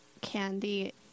candy